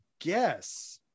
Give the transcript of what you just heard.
guess